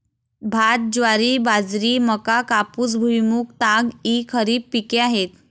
भात, ज्वारी, बाजरी, मका, कापूस, भुईमूग, ताग इ खरीप पिके आहेत